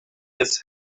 its